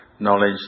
knowledge